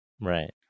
Right